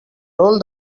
roll